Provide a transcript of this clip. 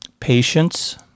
Patience